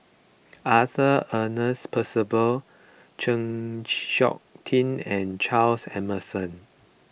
Arthur Ernest Percival Chng Seok Tin and Charles Emmerson